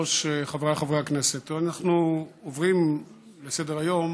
חברי הכנסת, אנחנו עוברים לסדר-היום